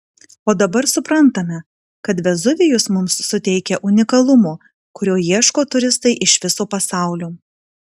o dabar suprantame kad vezuvijus mums suteikia unikalumo kurio ieško turistai iš viso pasaulio